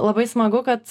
labai smagu kad